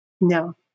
No